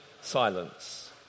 silence